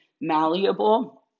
malleable